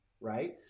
right